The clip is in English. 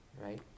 Right